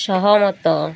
ସହମତ